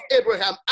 Abraham